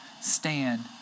stand